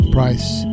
Price